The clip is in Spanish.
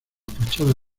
fachada